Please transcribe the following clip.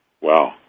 Wow